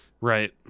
right